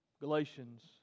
Galatians